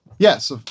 Yes